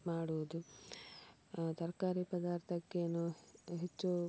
ಮಾಡುವುದು ತರಕಾರಿ ಪದಾರ್ಥಕ್ಕೇನು ಹೆಚ್ಚು